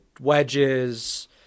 wedges